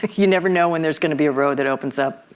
but you never know when there's going to be a road that opens up.